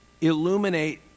illuminate